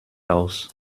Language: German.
aus